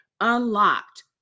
unlocked